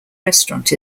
restaurant